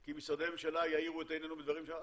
כי משרדי הממשלה יאירו את עינינו בדברים שלהם,